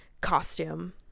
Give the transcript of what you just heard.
costume